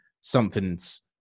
something's